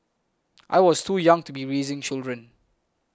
I was too young to be raising children